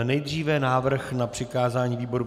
Nejdříve návrh na přikázání výboru...